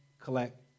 collect